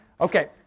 Okay